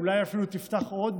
אולי אפילו תפתח עוד,